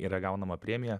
yra gaunama premija